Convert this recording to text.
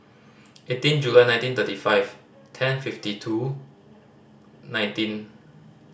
eighteen July nineteen thirty five ten fifty two nineteen